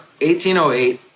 1808